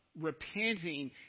repenting